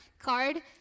card